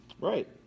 Right